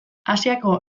asiako